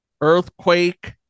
earthquake